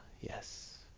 yes